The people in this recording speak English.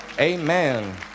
amen